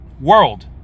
world